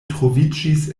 troviĝis